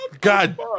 God